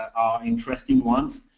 are interesting ones.